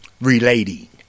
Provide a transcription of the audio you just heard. Relating